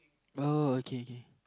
oh okay okay